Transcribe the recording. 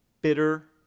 bitter